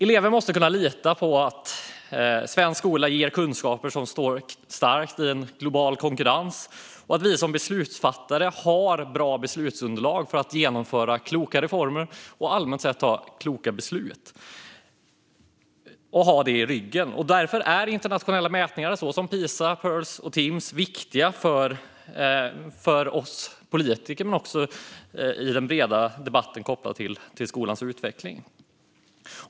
Elever måste kunna lita på att svensk skola ger kunskaper som står sig starka i en global konkurrens och att vi som beslutsfattare har bra beslutsunderlag för att genomföra kloka reformer och allmänt sett ta kloka beslut. Detta måste man ha i ryggen. Därför är internationella mätningar såsom Pisa, Pirls och Timss viktiga för oss politiker men också i den breda debatten kopplad till skolans utveckling.